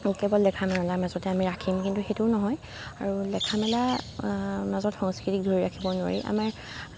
কেৱল লেখা মেলাৰ মাজতে আমি ৰাখিম কিন্তু সেইটোও নহয় আৰু লেখা মেলাৰ মাজত সংস্কৃতিক ধৰি ৰাখিব নোৱাৰি আমাৰ